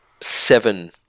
seven